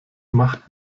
macht